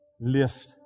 lift